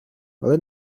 але